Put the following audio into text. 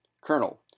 Colonel